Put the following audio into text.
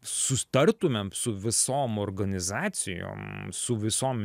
susitartumėm su visom organizacijom su visom